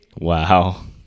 wow